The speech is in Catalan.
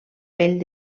pell